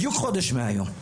בדיוק חודש מהיום.